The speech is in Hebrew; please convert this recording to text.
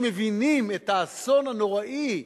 שמבינים את האסון הנוראי,